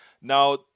Now